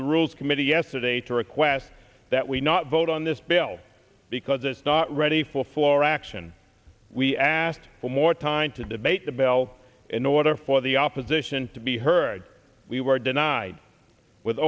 the rules committee yesterday to request that we not vote on this bill because it's not ready for floor action we asked for more time to debate the bell in order for the opposition to be heard we were denied with